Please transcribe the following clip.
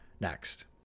next